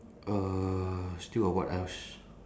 uh still got what else